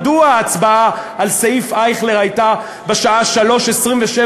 מדוע ההצבעה על סעיף אייכלר הייתה בשעה 03:27,